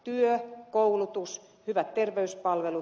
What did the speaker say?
työ koulutus hyvät terveyspalvelut